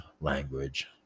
language